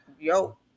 yo